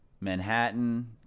Manhattan